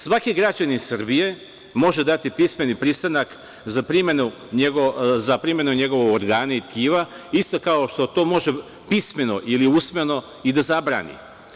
Svaki građanin Srbije može dati pismeni pristanak za primenu njegovog organa i tkiva, isto kao što to može pismeno ili usmeno i da zabrani.